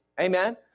Amen